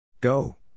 Go